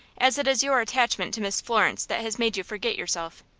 as it is your attachment to miss florence that has made you forget yourself.